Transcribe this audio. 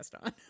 on